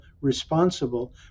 responsible